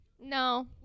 No